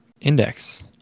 Index